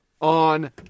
on